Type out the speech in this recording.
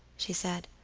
she said,